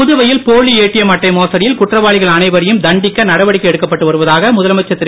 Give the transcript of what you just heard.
புதுவையில் போலி ஏடிஎம் அட்டை மோசடியில் குற்றவாளிகள் அனைவரையும் தண்டிக்க நடவடிக்கை எடுக்கப்பட்டு வருவதாக முதலமைச்சர் திரு